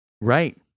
Right